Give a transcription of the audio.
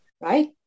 right